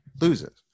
loses